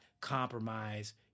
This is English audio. compromise